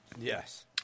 yes